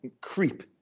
creep